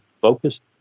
focused